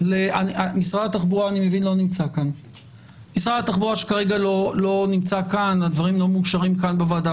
משרד התחבורה כרגע לא נמצא כאן כי הדברים לא מאושרים בוועדה,